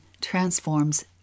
transforms